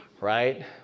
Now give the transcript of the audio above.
right